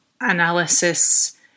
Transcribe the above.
analysis